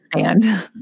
understand